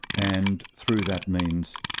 and through that means,